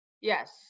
Yes